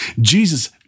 Jesus